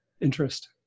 interest